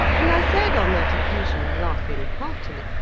and i said on that occasion, laughing heartily,